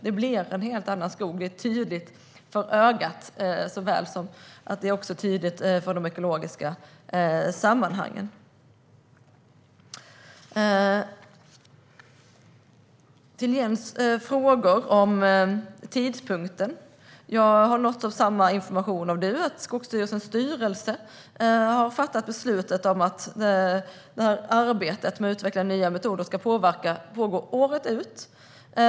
Det är tydligt för såväl ögat som de ekologiska sammanhangen att det är en helt annan skog. Jens frågade om tidpunkten. Jag har nåtts av samma information, att Skogsstyrelsens styrelse har fattat beslutet om att arbetet med att utveckla nya metoder ska pågå året ut.